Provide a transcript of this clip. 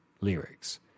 lyrics